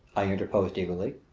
i interposed eagerly.